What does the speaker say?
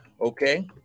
Okay